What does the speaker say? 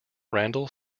randall